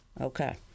okay